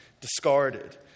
discarded